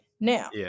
Now